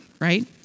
right